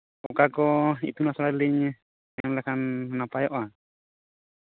ᱚᱠᱟ ᱠᱚ ᱤᱛᱩᱱ ᱟᱥᱲᱟ ᱞᱤᱧ ᱧᱮᱞ ᱞᱮᱠᱷᱟᱱ ᱱᱟᱯᱟᱭᱚᱜᱼᱟ